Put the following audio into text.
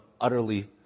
utterly